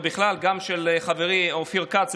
גם של חברי אופיר כץ,